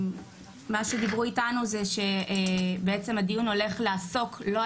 מה שדיברו איתנו זה שהדיון הולך לעסוק לאו